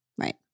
Right